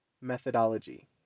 methodology